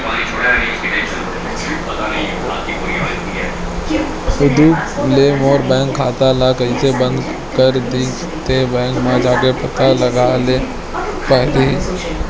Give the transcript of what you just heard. उदुप ले मोर बैंक खाता ल कइसे बंद कर दिस ते, बैंक म जाके पता लगाए ल परही